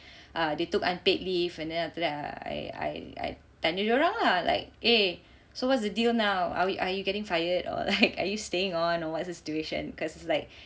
uh they took unpaid leave and then after that err I I I tanya dia orang lah like eh so what's the deal now are we are you getting fired or like are you staying on err what's the situation cause it's like